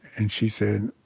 and she said,